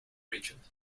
region